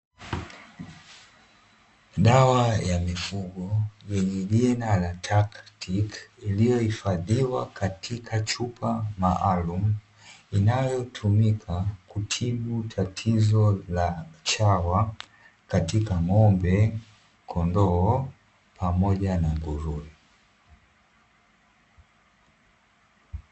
Dawa ya mifugo yenye jina la Taktic iliyohifadhiwa katika chupa maalumu, inayotumika kutibu tatizo la chawa katika: ng'ombe, kondoo pamoja na nguruwe.